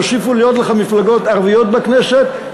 ויוסיפו להיות לך מפלגות ערביות בכנסת,